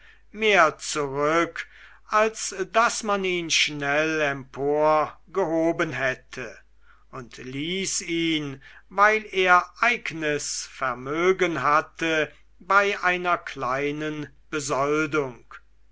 mehr zurück als daß man ihn schnell emporgehoben hätte und ließ ihn weil er eignes vermögen hatte bei einer kleinen besoldung